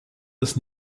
das